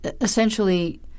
essentially